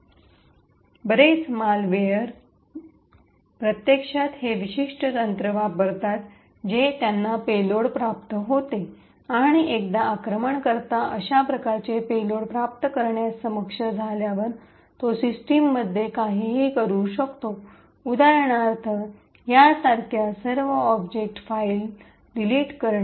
बरेच मालवेयर प्रत्यक्षात हे विशिष्ट तंत्र वापरतात जे त्यांना पेलोड प्राप्त होते आणि एकदा आक्रमणकर्ता अशा प्रकारचे पेलोड प्राप्त करण्यास सक्षम झाल्यावर तो सिस्टममध्ये काहीही करू शकतो उदाहरणार्थ यासारख्या सर्व ऑब्जेक्ट फाइल्स डिलीट करणे